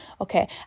Okay